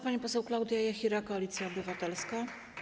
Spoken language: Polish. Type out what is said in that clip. Pani poseł Klaudia Jachira, Koalicja Obywatelska.